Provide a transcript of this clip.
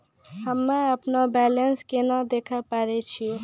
हम्मे अपनो बैलेंस केना देखे पारे छियै?